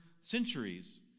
centuries